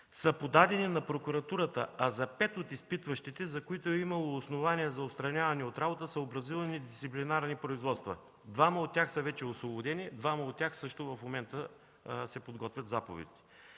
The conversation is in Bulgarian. са подадени на Прокуратурата, а за пет от изпитващите, за които е имало основания за отстраняване от работа, са образувани дисциплинарни производства. Двама от тях са вече освободени, за двама от тях в момента също се подготвят заповеди.